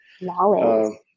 Knowledge